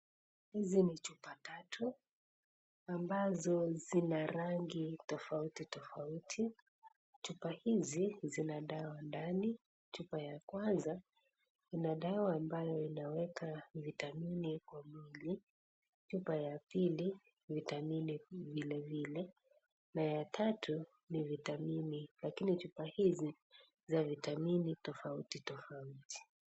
Hizi ni chupa tatu, ambazo zina rangi tofauti tofauti. Chupa hizi zina dawa ndani. Chupa ya kwanza ina dawa ambayo inaweka vitamini kwa mwili. Chupa ya pili ina vitamini vile vile na ya tatu ni vitamini ,lakini chupa hizi ni za vitamini tofauti tofauti.